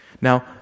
Now